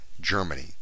Germany